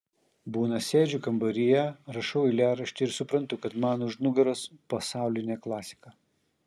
būna sėdžiu kambaryje rašau eilėraštį ir suprantu kad man už nugaros pasaulinė klasika